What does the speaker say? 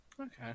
okay